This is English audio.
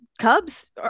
Cubs